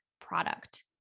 product